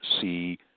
see